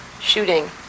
shooting